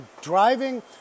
driving